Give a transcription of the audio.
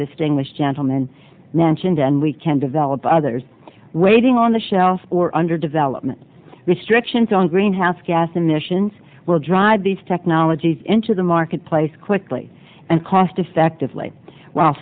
distinguished gentleman mentioned and we can develop others waiting on the shelf or under development restrictions on greenhouse gas emissions will drive these technologies into the marketplace quickly and cost effective